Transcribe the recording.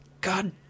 god